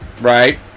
right